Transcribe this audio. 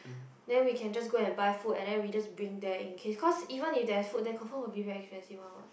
then we can just go and buy food and then we just bring there in case cause even if there's food there confirm will be damn expensive one what